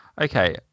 Okay